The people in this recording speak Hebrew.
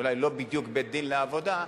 אולי לא בדיוק בית-דין לעבודה,